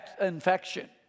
infection